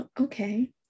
Okay